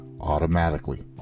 automatically